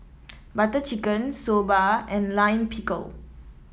Butter Chicken Soba and Lime Pickle